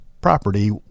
property